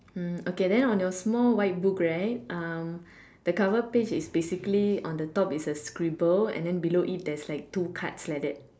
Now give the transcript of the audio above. hmm okay then on your small white book right um the cover page is basically on the top is a scribble and then below it there's like two cards like that